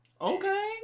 Okay